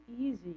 easy